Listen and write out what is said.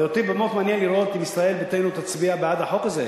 ואותי באמת מעניין לראות אם ישראל ביתנו תצביע בעד החוק הזה,